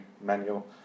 manual